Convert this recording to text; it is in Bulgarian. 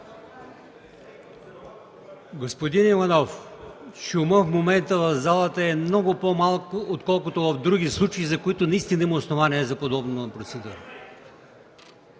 Господин Иванов, шумът в залата в момента е много по-малко, отколкото в други случаи, за които наистина има основание за подобна процедура.